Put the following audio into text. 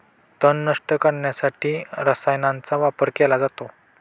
तण नष्ट करण्यासाठी रसायनांचा वापर केला जातो